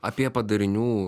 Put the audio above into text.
apie padarinių